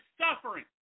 suffering